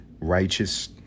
righteous